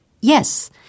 Yes